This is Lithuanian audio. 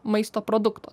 maisto produkto